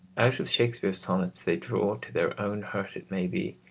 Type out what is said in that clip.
out of shakespeare's sonnets they draw, to their own hurt it may be,